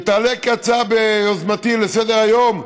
שתעלה כהצעה לסדר-היום ביוזמתי,